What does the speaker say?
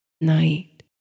Night